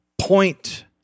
point